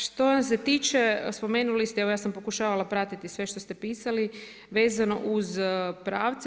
Što se tiče, spomenuli ste, evo ja sam pokušavala pratiti sve što ste pisali, vezano uz pravce.